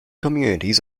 communities